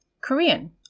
Korean